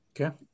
Okay